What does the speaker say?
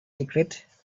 secrete